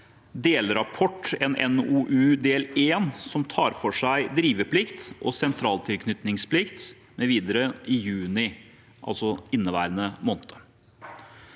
delrapport, en NOU del I, som tar for seg driveplikt og sentraltilknytningsplikt mv., i juni, altså inneværende måned.